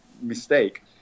mistake